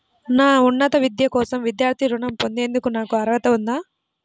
నా ఉన్నత విద్య కోసం విద్యార్థి రుణం పొందేందుకు నాకు అర్హత ఉందా?